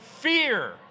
fear